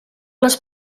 les